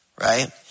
right